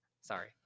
Sorry